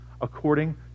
according